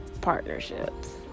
partnerships